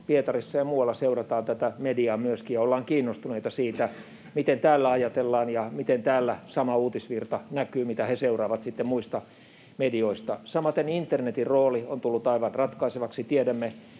Pietarissa ja muualla seurataan tätä mediaa ja ollaan kiinnostuneita siitä, miten täällä ajatellaan ja miten täällä näkyy sama uutisvirta, mitä he seuraavat muista medioista. Samaten internetin rooli on tullut aivan ratkaisevaksi. Tiedämme